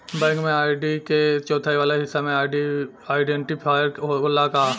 Bank में ID के चौथाई वाला हिस्सा में आइडेंटिफैएर होला का?